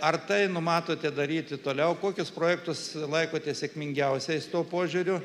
ar tai numatote daryti toliau kokius projektus laikote sėkmingiausiais tuo požiūriu